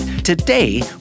Today